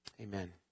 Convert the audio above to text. Amen